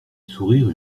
sourire